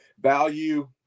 value